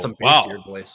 Wow